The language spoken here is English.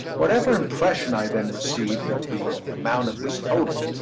whatever impression i then received of the amount of this total,